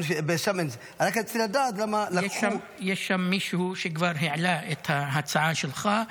רק רציתי לדעת למה לקחו --- יש שם מישהו שכבר העלה את ההצעה שלך,